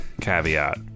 caveat